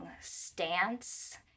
stance